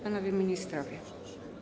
Panowie Ministrowie!